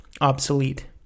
obsolete